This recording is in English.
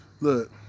look